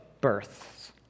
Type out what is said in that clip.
births